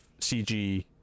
CG